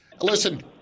Listen